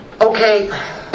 Okay